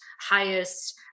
highest